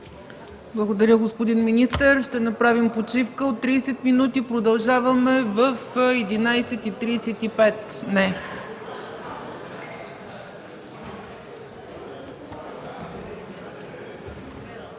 Благодаря, господин министър. Ще направим почивка от 30 минути. Продължаваме в 11,35